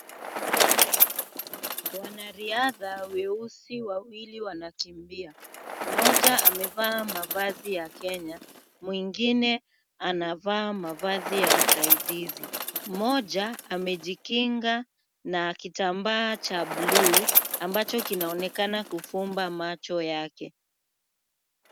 Wanariadha weusi wawili wanakimbia. Mmoja amevaa mavazi ya Kenya mwingine anavaa mavazi ya msaidizi. Mmoja amejikinga na kitambaa cha buluu ambacho kinaonekana kufumba macho yake.